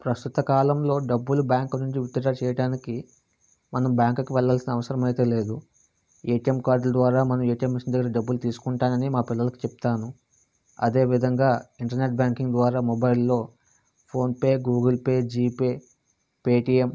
ప్రస్తుత కాలంలో డబ్బులు బ్యాంకు నుంచి విత్డ్రా చేయడానికి మనం బ్యాంకుకు వెళ్ళాల్సిన అవసరం అయితే లేదు ఏటీఎం కార్డుల ద్వారా మనం ఏటీఎం మెషిన్ దగ్గర డబ్బులు తీసుకుంటానని మా పిల్లలకు చెప్తాను అదే విధంగా ఇంటర్నెట్ బ్యాంకింగ్ ద్వారా మొబైల్లో PhonePe Google Pay G Pay Paytm